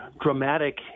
dramatic